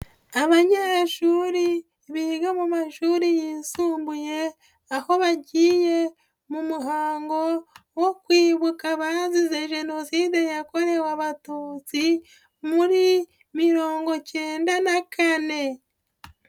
Abanyeshuri biga mu mashuri yisumbuye, aho bagiye mu muhango wo kwibuka abazize Jenoside yakorewe abatutsi muri mirongo kenda na kane.